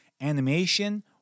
Animation